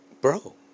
bro